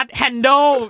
handle